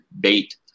bait